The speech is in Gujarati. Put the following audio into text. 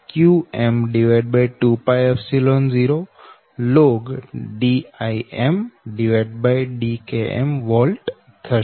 Vki qm20lnDimDkmવોલ્ટ થશે